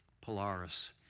Polaris